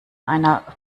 einer